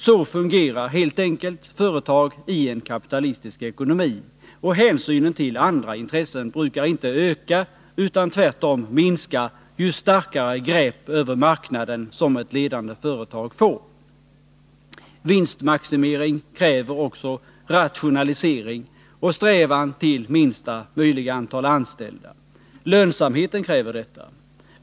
Så fungerar helt enkelt företag i en kapitalistisk ekonomi, och hänsynen till andra intressen brukar inte öka utan tvärtom minska ju starkare grepp över marknaden som ett ledande företag får. Vinstmaximering kräver också rationalisering och strävan till minsta möjliga antal anställda. Lönsamheten kräver detta.